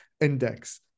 Index